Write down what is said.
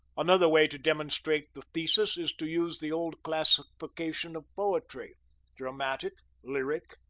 another way to demonstrate the thesis is to use the old classification of poetry dramatic, lyric,